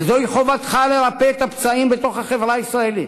וזוהי חובתך לרפא את הפצעים בתוך החברה הישראלית.